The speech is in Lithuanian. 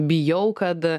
bijau kad